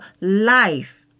life